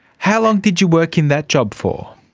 how long did you work in that job for?